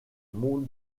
monde